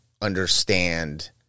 understand